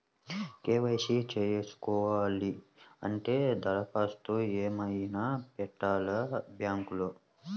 KYC చేయించుకోవాలి అంటే దరఖాస్తు ఏమయినా పెట్టాలా బ్యాంకులో?